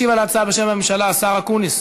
ישיב בשם הממשלה השר אקוניס.